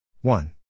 One